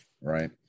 right